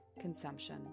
consumption